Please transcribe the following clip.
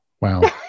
wow